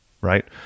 Right